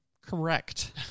correct